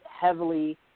heavily